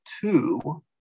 two